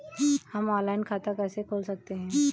हम ऑनलाइन खाता कैसे खोल सकते हैं?